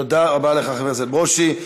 תודה רבה לך, חבר הכנסת ברושי.